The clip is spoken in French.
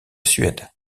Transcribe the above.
suède